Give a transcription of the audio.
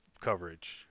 coverage